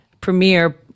premier